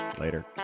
Later